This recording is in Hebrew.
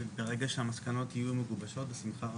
ברגע שהמסקנות יהיו מגובשות, בשמחה רבה.